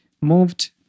moved